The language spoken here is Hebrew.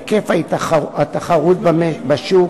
היקף התחרות בשוק,